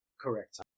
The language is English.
Correct